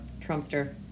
Trumpster